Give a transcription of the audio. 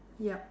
yup